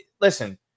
listen